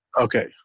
Okay